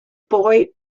boy